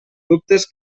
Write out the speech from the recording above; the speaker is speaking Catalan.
dubtes